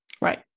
Right